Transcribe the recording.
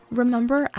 remember